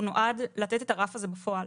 נועדה לתת את הרף הזה בפועל.